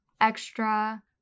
extra